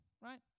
Right